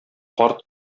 карт